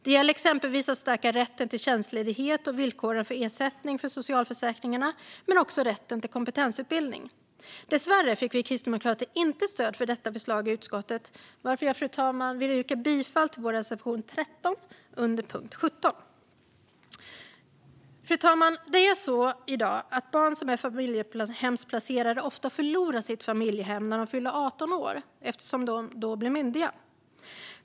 Det gäller exempelvis att stärka rätten till tjänstledighet och villkoren för ersättning från socialförsäkringarna men också rätten till kompetensutveckling. Dessvärre fick vi kristdemokrater inte stöd för detta förslag i utskottet, varför jag, fru talman, vill yrka bifall till reservation 13 under punkt 17. Fru talman! I dag förlorar ofta barn som är familjehemsplacerade sina familjehem när de fyller 18 år eftersom de då blir myndiga.